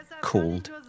called